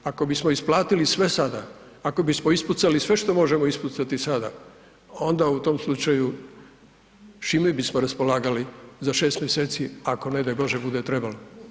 Ako bismo isplatili sve sada, ako bismo ispucali sve što možemo ispucati sada onda u tom slučaju s čime bismo raspolagali za 6 mjeseci ako ne daj Bože bude trebalo.